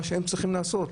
מה שהם צריכים לעשות.